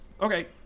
Okay